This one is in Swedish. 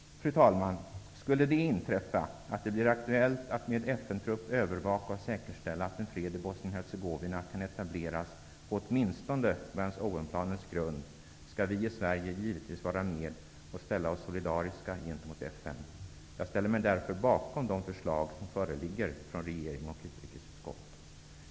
Fru talman! Skulle det inträffa att det blir aktuellt att med FN-trupp övervaka och säkerställa att en fred i Bosnien-Hercegovina kan etableras på åtminstone Vance--Owen-planens grund, skall vi i Sverige givetvis vara med och ställa oss solidariska gentemot FN. Jag ställer mig därför bakom de förslag som föreligger från regering och utrikesutskott.